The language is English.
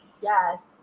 Yes